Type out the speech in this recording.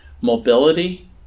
Mobility